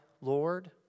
Lord